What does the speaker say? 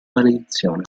maledizione